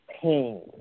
pain